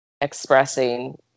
expressing